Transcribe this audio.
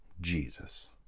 Jesus